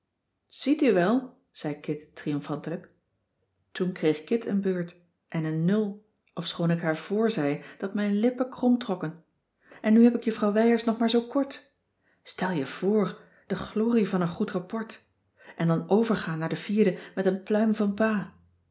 ziet u wel zei kit triomfantelijk toen kreeg kit een beurt en een nul ofschoon ik haar voorzei dat mijn lippen kromtrokken en nu heb ik juffrouw wijers nog maar zoo kort stel je voor de glorie van een goed rapport en dan overgaan naar de vierde met een pluim van pa